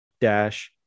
dash